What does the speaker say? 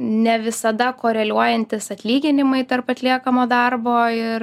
ne visada koreliuojantys atlyginimai tarp atliekamo darbo ir